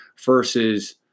versus